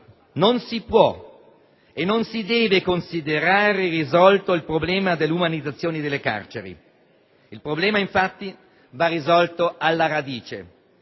non si può e non si deve considerare risolto il problema dell'umanizzazione delle carceri. Il problema, infatti, va risolto alla radice.